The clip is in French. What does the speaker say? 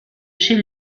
chez